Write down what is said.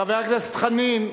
חבר הכנסת חנין,